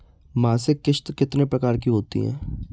मासिक किश्त कितने प्रकार की होती है?